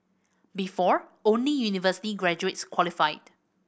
before only university graduates qualified